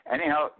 Anyhow